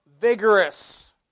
vigorous